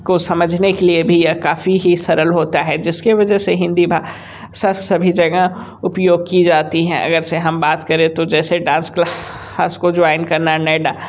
को समझने के लिए भी यह काफ़ी ही सरल होता है जिसके वजह से हिंदी भा षा सभी जगह उपयोग की जाती है अगर से हम बात करें तो जैसे डांस क्ला स को ज्वाइन करना है